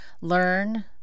learn